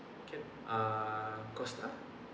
can uh costa